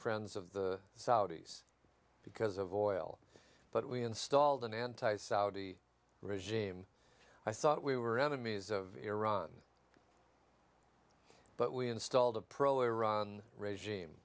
friends of the saudis because of oil but we installed an anti saudi regime i thought we were enemies of iran but we installed a